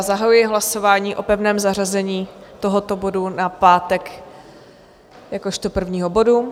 Zahajuji hlasování o pevném zařazení tohoto bodu na pátek jakožto prvního bodu.